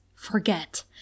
forget